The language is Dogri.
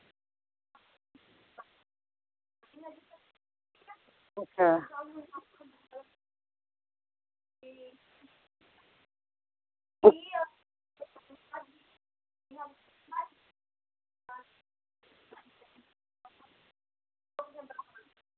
अच्छा